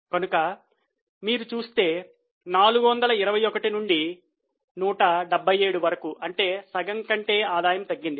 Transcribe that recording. కనుక మీరు చూస్తే 421 నుండి 177 వరకు అంటే సగానికంటే ఆదాయము తగ్గింది